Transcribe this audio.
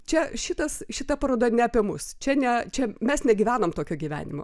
čia šitas šita paroda ne apie mus čia ne čia mes negyvenam tokio gyvenimo